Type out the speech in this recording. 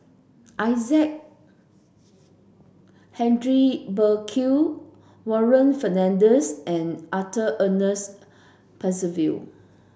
Isaac Henry Burkill Warren Fernandez and Arthur Ernest Percival